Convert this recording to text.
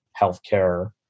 healthcare